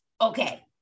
Okay